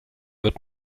wird